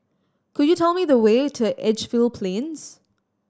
could you tell me the way to Edgefield Plains